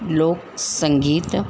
लोकु संगीत